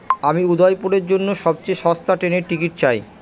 আমি উদয়পুরের জন্য সবচেয়ে সস্তা ট্রেনের টিকিট চাই